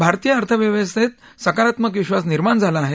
भारतीय अर्थव्यवस्थेत सकारात्मक विश्वास निर्माण झाला आहे